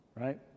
Right